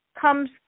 comes